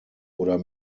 oder